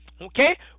Okay